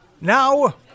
now